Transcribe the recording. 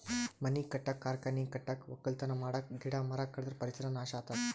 ಮನಿ ಕಟ್ಟಕ್ಕ್ ಕಾರ್ಖಾನಿ ಕಟ್ಟಕ್ಕ್ ವಕ್ಕಲತನ್ ಮಾಡಕ್ಕ್ ಗಿಡ ಮರ ಕಡದ್ರ್ ಪರಿಸರ್ ನಾಶ್ ಆತದ್